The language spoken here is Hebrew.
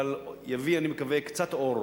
אבל הוא יביא, אני מקווה, קצת אור,